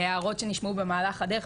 והערות שנשמעו במהלך הדרך,